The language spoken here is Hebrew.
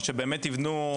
או שבאמת יבנו.